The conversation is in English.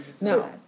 no